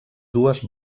dues